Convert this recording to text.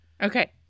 Okay